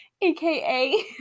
aka